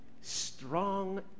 strong